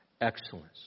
Excellence